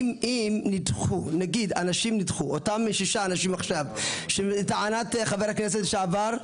אם אותם שישה אנשים עכשיו שלטענת חבר הכנסת לשעבר,